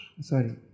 Sorry